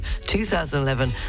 2011